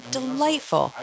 delightful